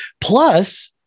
Plus